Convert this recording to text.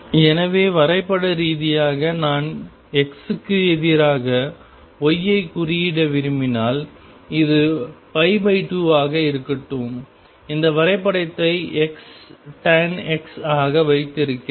எனவே வரைபட ரீதியாக நான் X க்கு எதிராக Y ஐ குறியீட விரும்பினால் இது 2 ஆக இருக்கட்டும் இந்த வரைபடத்தை Xtan X ஆக வைத்திருக்கிறேன்